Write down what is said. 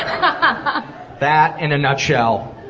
and that, in a nutshell,